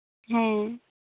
ᱦᱮᱸ